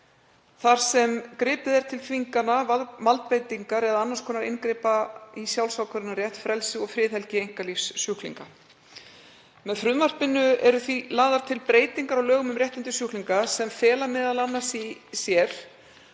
þar sem gripið er til þvingana, valdbeitingar eða annars konar inngripa í sjálfsákvörðunarrétt, frelsi og friðhelgi einkalífs sjúklinga. Með frumvarpinu eru því lagðar til breytingar á lögum um réttindi sjúklinga sem fela m.a. í sér